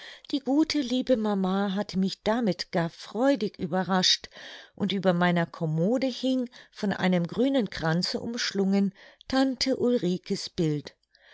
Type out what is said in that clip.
die gute liebe mama hatte mich damit gar freudig überrascht und über meiner kommode hing von einem grünen kranze umschlungen tante ulrike's bild